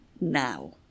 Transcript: now